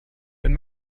wenn